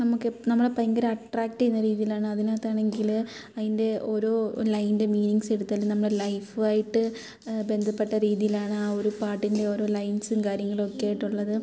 നമുക്ക് എ നമ്മളെ ഭയങ്കര അട്രാക്ട് ചെയ്യുന്ന രീതിയിലാണ് അതിനകത്താണെങ്കിൽ അതിൻ്റെ ഓരോ ലൈൻ്റെ മീനിങ്ങ്സ് എടുത്താലും നമ്മുടെ ലൈഫായിട്ട് ബന്ധപ്പെട്ട രീതിയിലാണ് ആ ഒരു പാട്ടിൻ്റെ ഓരോ ലൈൻസും കാര്യങ്ങളും ഒക്കെയായിട്ട് ഉള്ളത്